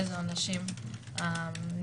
איזה עונשים נגזרים,